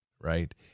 right